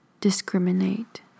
discriminate